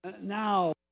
Now